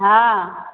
हँ